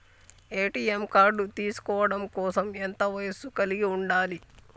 ATM card తీసుకోవడం కోసం ఎంత వయస్సు కలిగి ఉండాలి?